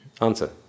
Answer